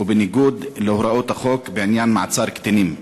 ובניגוד להוראות החוק בעניין מעצר קטינים.